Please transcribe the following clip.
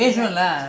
ah